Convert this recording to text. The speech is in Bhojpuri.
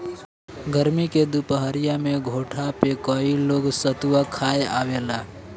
गरमी के दुपहरिया में घोठा पे कई लोग सतुआ खाए आवेला